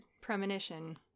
premonition